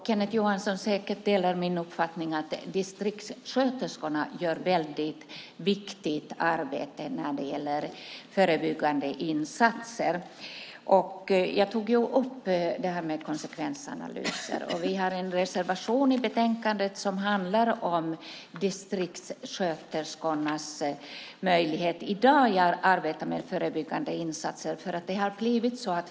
Kenneth Johansson delar säkert min uppfattning att distriktssköterskorna gör ett väldigt viktigt arbete när det gäller förebyggande insatser. Jag tog upp frågan om konsekvensanalyser. Vi har en reservation i betänkandet som handlar om distriktssköterskornas möjligheter att arbeta med förebyggande insatser i dag.